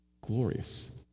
glorious